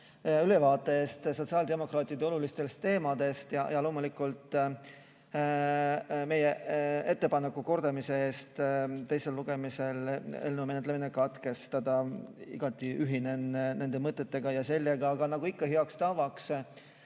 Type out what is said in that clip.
ülevaate eest sotsiaaldemokraatidele olulistest teemadest ja loomulikult meie ettepaneku kordamise eest teisel lugemisel eelnõu menetlemine katkestada. Igati ühinen nende mõtetega. Aga nagu ikka heaks tavaks,